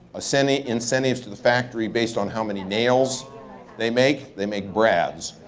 ah sent any incentives to the factory based on how many nails they make, they make brads.